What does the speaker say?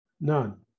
none